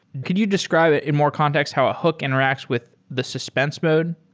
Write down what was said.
could you describe in more context how a hook interacts with the suspense mode?